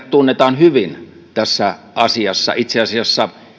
tunnetaan itse asiassa hyvin tässä asiassa